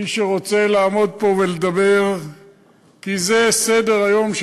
מי שרוצה לעמוד פה ולדבר כי זה סדר-היום של